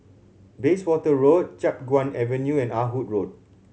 Bayswater Road Chiap Guan Avenue and Ah Hood Road